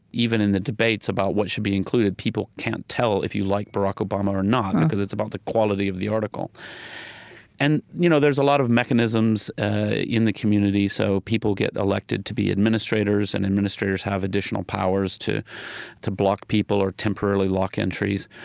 even in the debates about what should be included, people can't tell if you like barack obama or not because it's about the quality of the article and you know there's a lot of mechanisms ah in the community. so people get elected to be administrators, and the administrators have additional powers to to block people or temporarily lock entries.